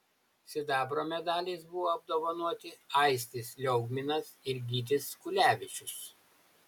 sidabro medaliais buvo apdovanoti aistis liaugminas ir gytis kulevičius